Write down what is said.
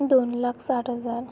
दोन लाख साठ हजार